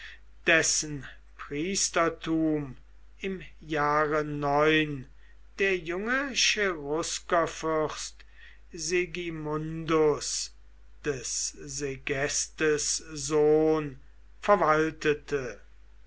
dessen priestertum im jahre der junge cheruskerfürst segimundus des segestes sohn verwaltete